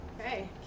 Okay